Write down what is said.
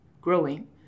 growing